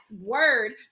word